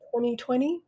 2020